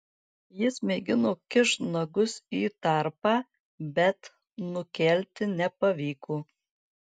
jis mėgino kišt nagus į tarpą bet nukelti nepavyko